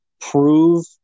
prove